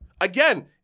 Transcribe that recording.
Again